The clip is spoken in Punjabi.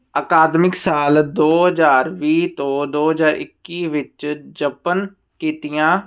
ਅਕਾਦਮਿਕ ਸਾਲ ਦੋ ਹਜ਼ਾਰ ਵੀਹ ਤੋਂ ਦੋ ਹਜ਼ਾਰ ਇੱਕੀ ਵਿੱਚ ਜਪਨ ਕੀਤੀਆਂ